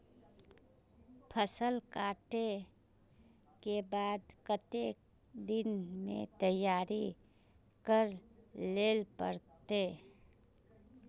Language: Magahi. फसल कांटे के बाद कते दिन में तैयारी कर लेले पड़ते?